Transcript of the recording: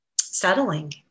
settling